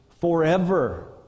forever